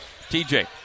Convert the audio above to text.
TJ